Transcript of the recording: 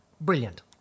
brilliant